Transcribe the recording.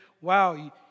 wow